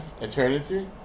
Eternity